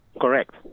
Correct